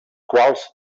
quals